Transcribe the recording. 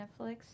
netflix